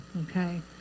okay